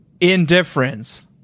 Indifference